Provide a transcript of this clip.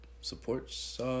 supports